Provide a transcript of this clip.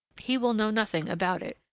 he will know nothing about it,